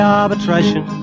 arbitration